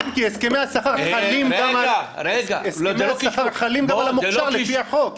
כן, כי הסכמי השכר חלים גם על המוכש"ר, לפי החוק.